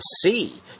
see